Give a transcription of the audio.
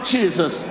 Jesus